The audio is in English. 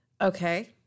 Okay